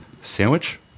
sandwich